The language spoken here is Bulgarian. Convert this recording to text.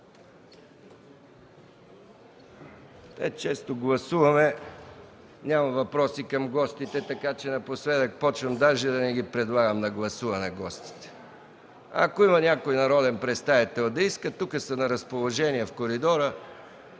Често гласуваме, но няма въпроси към гостите, така че напоследък започвам даже да не ги подлагам на гласуване. Ако някой народен представител иска, на разположение са в коридора,